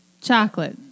chocolate